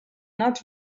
not